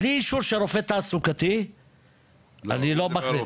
בלי אישור של רופא תעסוקתי אני לא מכניס.